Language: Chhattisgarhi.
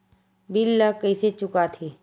बिल ला कइसे चुका थे